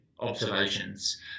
Observations